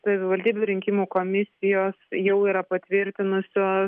savivaldybių rinkimų komisijos jau yra patvirtinusios